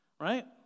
right